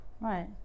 Right